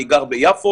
אני גר ביפו,